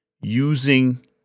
using